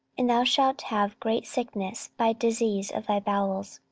and thou shalt have great sickness by disease of thy bowels,